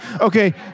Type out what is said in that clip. Okay